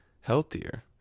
healthier